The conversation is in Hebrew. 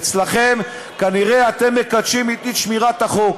אצלכם, כנראה אתם מקדשים את אי-שמירת החוק.